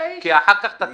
כי אחר כך תחליף אותי.